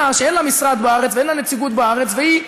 שאין לה משרד בארץ ואין לה נציגות בארץ והיא,